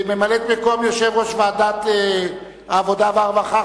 ממלאת-מקום יושב-ראש ועדת העבודה והרווחה,